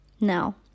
now